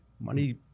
money